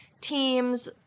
teams